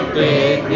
big